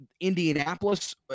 Indianapolis